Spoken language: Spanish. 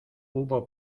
hubo